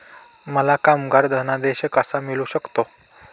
मला कामगार धनादेश कसा मिळू शकतो?